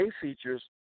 features